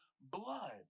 blood